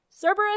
Cerberus